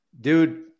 dude